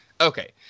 Okay